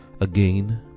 Again